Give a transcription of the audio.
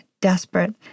desperate